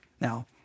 Now